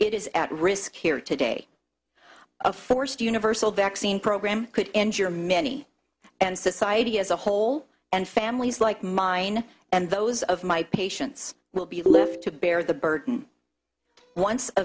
it is at risk here today a forced universal vaccine program could injure many and society as a whole and families like mine and those of my patients will be lifted bear the burden once a